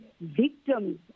victims